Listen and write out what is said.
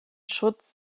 schutz